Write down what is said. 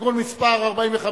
(תיקון מס' 45),